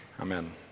Amen